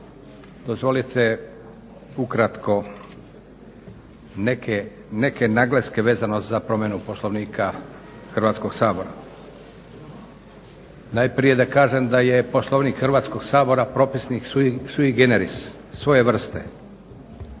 Dozvolite ukratko neke naglaske vezane za promjenu Poslovnika Hrvatskog sabora. Najprije, da kažem da je Poslovnik Hrvatskog sabora propisnik sui generis, svoje vrste,